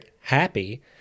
Happy